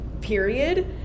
period